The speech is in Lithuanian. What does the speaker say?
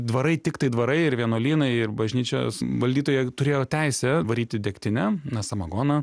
dvarai tiktai dvarai ir vienuolynai ir bažnyčios valdytojai turėjo teisę varyti degtinę na samagoną